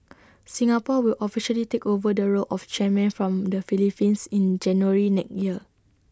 Singapore will officially take over the role of chairman from the Philippines in January next year